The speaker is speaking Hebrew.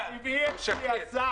עם פיני שני.